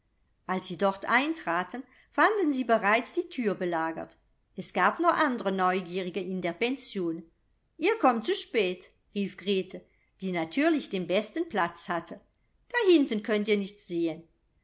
als sie dort eintraten fanden sie bereits die thür belagert es gab noch andre neugierige in der pension ihr kommt zu spät rief grete die natürlich den besten platz hatte dahinten könnt ihr nichts sehen